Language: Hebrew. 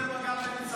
לא חתרו למגע.